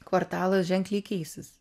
kvartalas ženkliai keisis